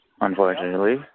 Unfortunately